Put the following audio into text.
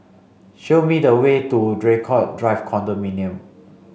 show me the way to Draycott Drive Condominium